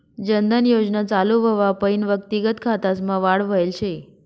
जन धन योजना चालू व्हवापईन व्यक्तिगत खातासमा वाढ व्हयल शे